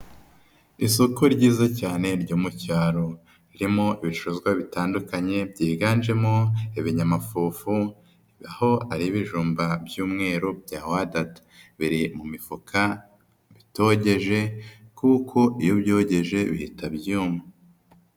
Isoko ryiza cyane ryo mu cyaro ririmo ibicuruzwa bitandukanye byiganjemo ibinyamafufu, aho hari ibijumba by'umweru bya wadada. Biri mu mifuka bitogeje kuko iyo byogeje bihita byuma.